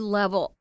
level